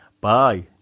Bye